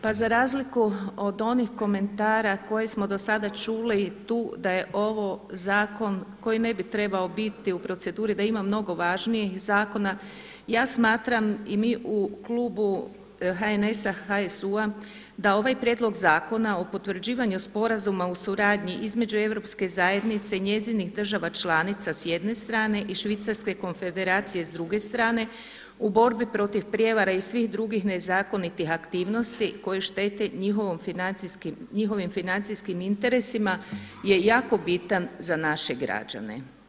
Pa za razliku od onih komentara koje smo do sada čuli tu da je ovo zakon koji ne bi trebao biti u proceduri, da ima mnogo važnijih zakona ja smatram i mi u klubu HNS-a, HSU-a da ovaj Prijedlog zakona o potvrđivanju Sporazuma o suradnji između EZ i njezinih država članica s jedne strane i Švicarske Konfederacije s druge strane u borbi protiv prijevara i svih drugih nezakonitih aktivnosti koje štite njihovim financijskim interesima je jako bitan za naše građane.